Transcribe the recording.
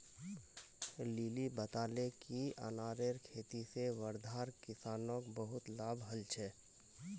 lily बताले कि अनारेर खेती से वर्धार किसानोंक बहुत लाभ हल छे